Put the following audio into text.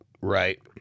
right